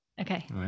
Okay